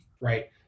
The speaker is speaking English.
right